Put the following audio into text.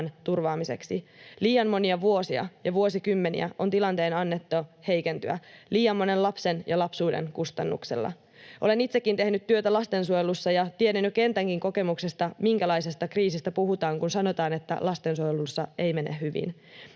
turvaamiseksi. Liian monia vuosia ja vuosikymmeniä on tilanteen annettu heikentyä, liian monen lapsen ja lapsuuden kustannuksella. Olen itsekin tehnyt työtä lastensuojelussa, ja tiedän jo kentänkin kokemuksesta, minkälaisesta kriisistä puhutaan, kun sanotaan, että lastensuojelussa ei mene hyvin.